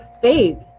faith